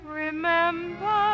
remember